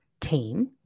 team